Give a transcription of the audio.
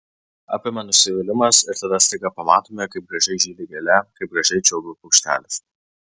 apima nusivylimas ir tada staiga pamatome kaip gražiai žydi gėlė kaip gražiai čiulba paukštelis